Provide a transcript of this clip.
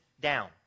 down